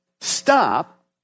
stop